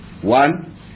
One